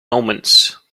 omens